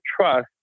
trust